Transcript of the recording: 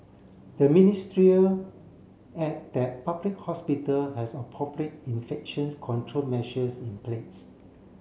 the ministry add that public hospital has appropriate infection control measures in place